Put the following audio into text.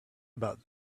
about